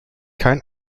kein